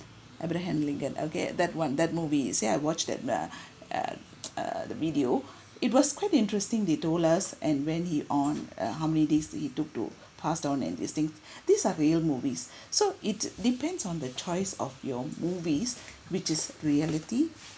abraham lincoln okay that one that movie say I watch that the err err the video it was quite interesting they told us and when he on uh how many days he took to pass down and these things these are real movies so it depends on the choice of your movies which is reality